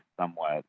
somewhat